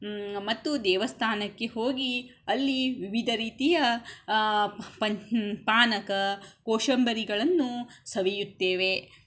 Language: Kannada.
ಮತ್ತು ದೇವಸ್ಥಾನಕ್ಕೆ ಹೋಗಿ ಅಲ್ಲಿ ವಿವಿಧ ರೀತಿಯ ಪಂ ಪಾನಕ ಕೋಸಂಬರಿಗಳನ್ನು ಸವಿಯುತ್ತೇವೆ